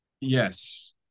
Yes